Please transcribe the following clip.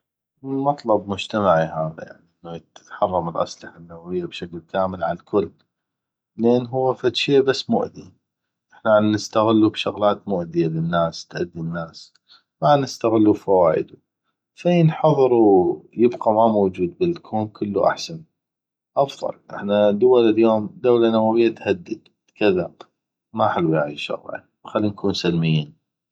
مطلب مجتمعي هذا انو يتحرم الاسلحة النووية بشكل كامل عالكل لان هو فدشي بس مؤذي احنا عنستغلو بس بشغلات مؤذية للناس تاذي الناس ما عنستغلو بفؤايدو فينحظر ويبقى ما موجود بالكون كلو احسن افضل احنا دول اليوم دولة نووية تهدد كذا ما حلوي هاي الشغلات خلي نكون سلميين